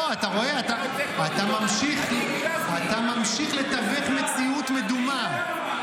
אתה ממשיך לתווך מציאות מדומה.